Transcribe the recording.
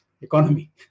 economy